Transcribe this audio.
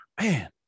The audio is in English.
Man